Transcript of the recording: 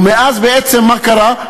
ומאז בעצם מה קרה?